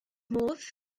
modd